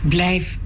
Blijf